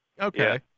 Okay